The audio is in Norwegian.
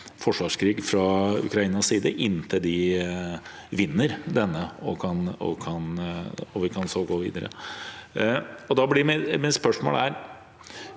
forsvarskrig fra Ukrainas side, inntil de vinner denne og vi kan gå videre. Mitt spørsmål er: